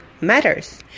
matters